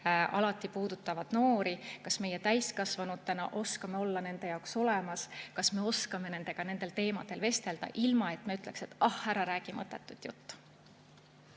alati puudutavad noori. Kas meie täiskasvanutena oskame olla nende jaoks olemas? Kas me oskame nendega nendel teemadel vestelda, ilma et me ütleksime, et ah, ära räägi mõttetut juttu?